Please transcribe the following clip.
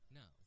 no